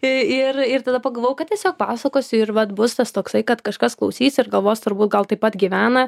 ir ir tada pagalvojau kad tiesiog pasakosiu ir vat bus tas toksai kad kažkas klausys ir galvos turbūt gal taip pat gyvena